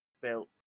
built